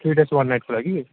three days one नाइटको लागि